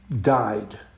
died